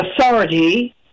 authority